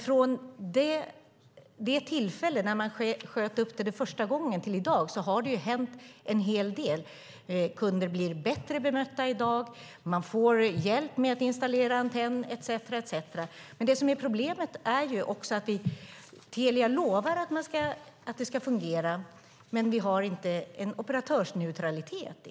Från det tillfälle då man sköt upp det första gången till i dag har det hänt en hel del. Kunder blir bättre bemötta i dag, man får hjälp med att installera antenn etcetera. Problemet är dock att Telia lovar att det ska fungera, men vi har ingen operatörsneutralitet.